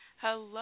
Hello